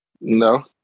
No